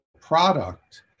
product